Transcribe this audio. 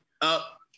up